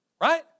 Right